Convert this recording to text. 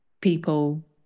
people